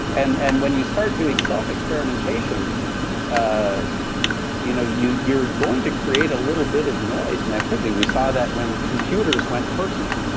and and when you start doing self-experimentation, ah you know you're going to create a little bit of noise and activity. we saw that when computers went personal.